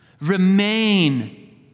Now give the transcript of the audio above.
Remain